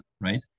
right